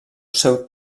seu